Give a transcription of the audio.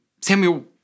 Samuel